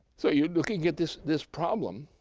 so, you're looking at this this problem.